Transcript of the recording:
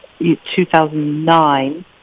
2009